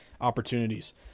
opportunities